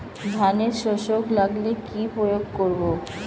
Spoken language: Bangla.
ধানের শোষক লাগলে কি প্রয়োগ করব?